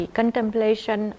contemplation